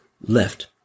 left